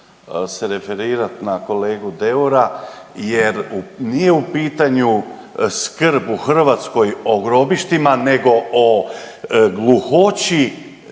se referirati na kolegu Deura jer nije u pitanju skrb u Hrvatskoj o grobištima, nego o gluhoći